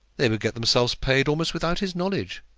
they would get themselves paid almost without his knowledge,